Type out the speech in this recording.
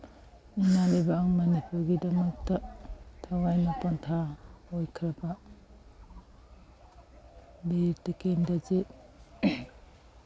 ꯏꯃꯥ ꯂꯩꯕꯥꯛ ꯃꯅꯤꯄꯨꯔꯒꯤꯗꯃꯛꯇ ꯊꯋꯥꯏꯅ ꯄꯣꯟꯊꯥ ꯑꯣꯏꯈ꯭ꯔꯕ ꯕꯤꯔ ꯇꯤꯀꯦꯟꯗ꯭ꯔꯖꯤꯠ